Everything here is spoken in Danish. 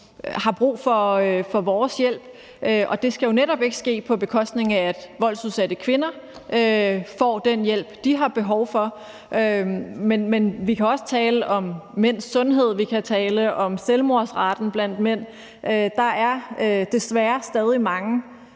har brug for vores hjælp. Og det skal jo netop ikke ske på bekostning af, at voldsudsatte kvinder får den hjælp, de har behov for. Men vi kan også tale om mænds sundhed, vi kan tale om selvmordsraten blandt mænd. Der er desværre stadig mange